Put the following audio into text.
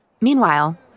Meanwhile